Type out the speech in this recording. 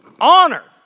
honor